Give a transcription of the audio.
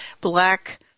black –